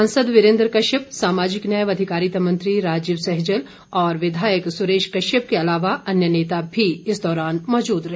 सांसद वीरेन्द्र कश्यप सामाजिक न्याय व अधिकारिता मंत्री राजीव सहजल और विधायक सुरेश कश्यप के अलावा अन्य नेता भी इस दौरान मौजूद रहे